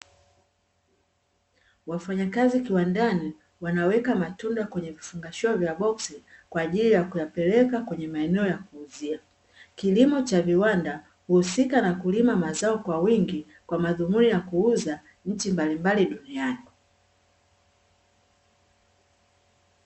Wafanyakazi kiwandani wanaweka matunda kwenye vifungashio vya boksi, kwa ajili ya kuyapeleka kwenye maeneo ya kuuzia. Kilimo cha viwanda huusika na kulima mazao kwa wingi, kwa madhumuni ya kuuza nchi mbalimbali duniani.